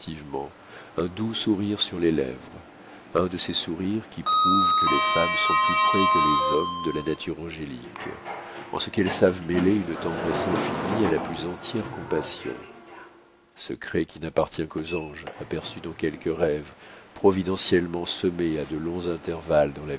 un doux sourire sur les lèvres un de ces sourires qui prouvent que les femmes sont plus près que les hommes de la nature angélique en ce qu'elles savent mêler une tendresse infinie à la plus entière compassion secret qui n'appartient qu'aux anges aperçus dans quelques rêves providentiellement semés à de longs intervalles dans